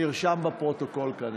נרשם בפרוטוקול, כנראה.